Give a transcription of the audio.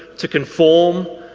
to conform,